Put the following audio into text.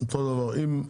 אותו דבר, אם,